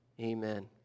Amen